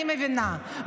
אני מבינה,